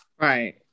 Right